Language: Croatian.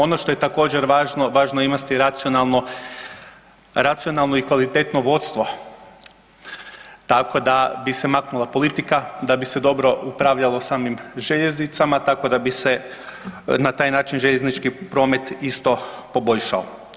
Ono što je također važno, važno je imati racionalno i kvalitetno vodstvo tako da bi se maknula politika da bi se dobro upravljali samim željeznicama tako da bi se na taj način željeznički promet isto poboljšao.